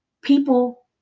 people